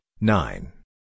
nine